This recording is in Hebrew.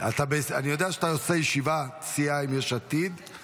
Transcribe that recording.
אני יודע שאתה עושה ישיבת סיעה עם יש עתיד,